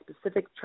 specific